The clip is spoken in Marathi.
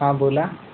हा बोला